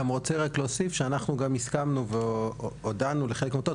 אני רק רוצה להוסיף שאנחנו גם הסמכנו והודענו לחלק מהעמותות,